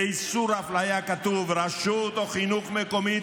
באיסור אפליה כתוב שרשות חינוך מקומית,